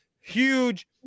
huge